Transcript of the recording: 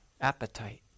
appetite